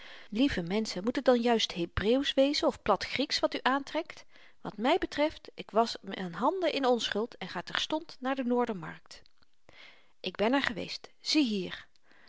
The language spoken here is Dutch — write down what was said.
lieve menschen moet het dan juist hebreeuwsch wezen of plat grieksch wat u aantrekt wat my betreft k wasch m'n handen in onschuld en ga terstond naar de noordermarkt ik ben er geweest ziehier